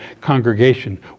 congregation